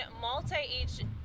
multi-age